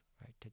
right